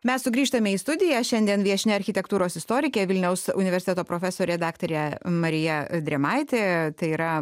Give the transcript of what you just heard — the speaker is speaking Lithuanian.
mes sugrįžtame į studiją šiandien viešnia architektūros istorikė vilniaus universiteto profesorė daktarė marija drėmaitė tai yra